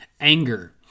anger